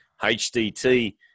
HDT